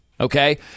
okay